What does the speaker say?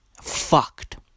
Fucked